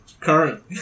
Current